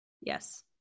Yes